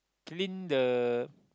clean the